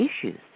issues